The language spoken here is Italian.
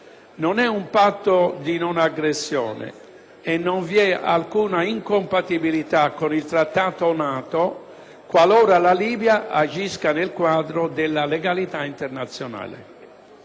non è un patto di non aggressione e non vi è alcuna incompatibilità con il Trattato NATO, qualora la Libia agisca nel quadro della legalità internazionale.